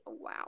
wow